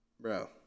bro